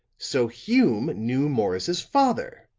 so hume knew morris's father.